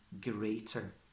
greater